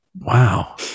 wow